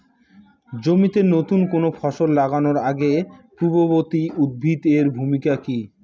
জমিতে নুতন কোনো ফসল লাগানোর আগে পূর্ববর্তী উদ্ভিদ এর ভূমিকা কি?